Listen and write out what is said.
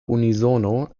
unisono